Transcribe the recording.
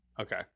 Okay